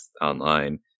online